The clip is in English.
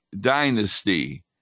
Dynasty